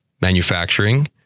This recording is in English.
Manufacturing